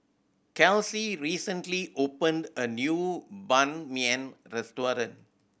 Kelsie recently opened a new Ban Mian restaurant